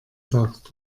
sagt